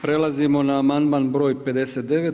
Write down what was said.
Prelazimo na amandman br. 59.